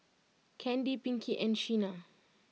Candy Pinkie and Shena